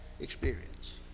experience